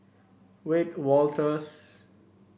Wiebe Wolters